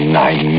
nine